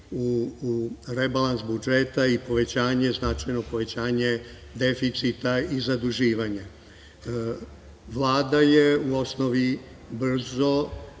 u rebalans budžeta i značajno povećanje deficita i zaduživanja. Vlada je u osnovi brzo